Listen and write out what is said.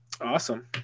Awesome